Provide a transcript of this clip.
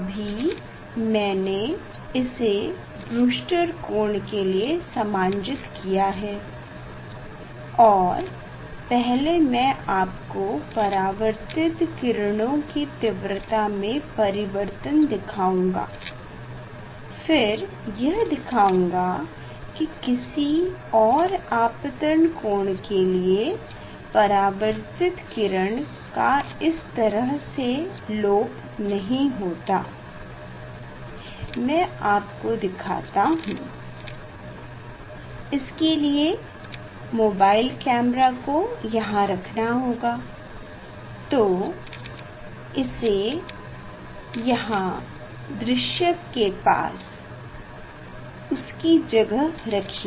अभी मैने इसे ब्रूस्टर कोण के लिए समांजित किया है और पहले में आपको परावर्तित किरणों की तीव्रता में परिवर्तन दिखाऊँगा फिर यह दिखाऊंगा कि किसी और आपतन कोण के लिए परावर्तित किरण का इस तरह से मै आपको दिखाता हू इसके लिए मोबाइल कैमरा को यहाँ रखना होगा तो इसे यहाँ दृश्यक के पास उसकी जगह रखिए